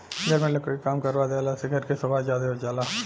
घर में लकड़ी के काम करवा देहला से घर के सोभा ज्यादे हो जाला